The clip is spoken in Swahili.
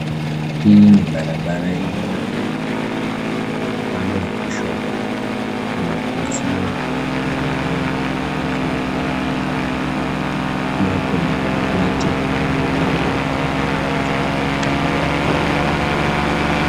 Hii ni barabara yenye magari yanayopita. Upande wa kushoto kuna uzio na majengo marefu yanayoonekana nyuma. Pia kuna miti na mabango ya matangazo kando yake.